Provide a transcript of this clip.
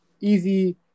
easy